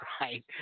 right